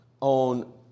on